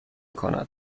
کند